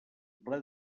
ple